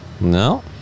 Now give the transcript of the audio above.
No